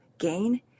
gain